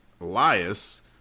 Elias